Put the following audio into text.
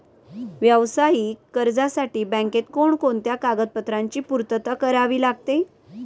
व्यावसायिक कर्जासाठी बँकेत कोणकोणत्या कागदपत्रांची पूर्तता करावी लागते?